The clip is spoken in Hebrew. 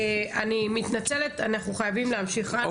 אני מתנצלת אבל אנחנו חייבים להמשיך הלאה.